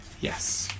Yes